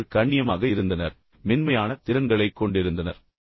அவர்கள் கண்ணியமாக இருந்தனர் மென்மையான திறன்களைக் கொண்டிருந்தனர்